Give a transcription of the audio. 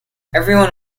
everyone